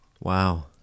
Wow